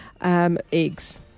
eggs